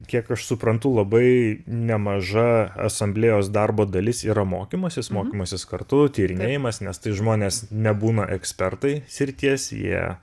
kiek aš suprantu labai nemaža asamblėjos darbo dalis yra mokymasis mokymasis kartu tyrinėjimas nes tai žmonės nebūna ekspertai srities jie